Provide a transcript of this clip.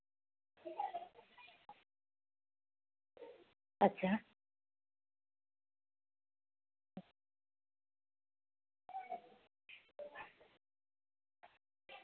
ᱟᱪᱪᱷᱟ